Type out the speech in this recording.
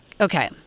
Okay